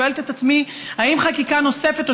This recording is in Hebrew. שואלת את עצמי: האם חקיקה נוספת או